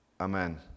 Amen